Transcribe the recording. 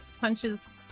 punches